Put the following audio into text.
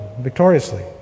victoriously